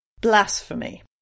Blasphemy